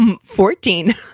fourteen